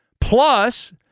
Plus